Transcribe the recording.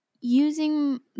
using